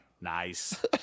Nice